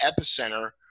epicenter